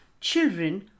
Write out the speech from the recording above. Children